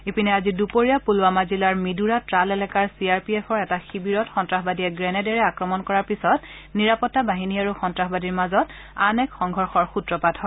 ইপিনে আজি দুপৰীয়া পুলৱামা জিলাৰ মিদুৰা ট্টাল এলেকাৰ চি আৰ পি এফৰ শিৱিৰত সন্ত্ৰাসবাদীয়ে গ্ৰোণেডেৰে আক্ৰমণ কৰাৰ পিছত নিৰাপত্তা বাহিনী আৰু সন্ত্ৰাসবাদীৰ মাজত আন এক সংঘৰ্যৰ সুত্ৰপাত হয়